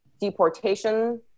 deportation